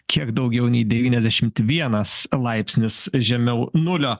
kiek daugiau nei devyniasdešimt vienas laipsnis žemiau nulio